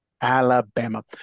Alabama